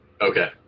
Okay